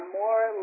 more